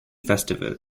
festival